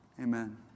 amen